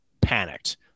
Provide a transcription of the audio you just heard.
panicked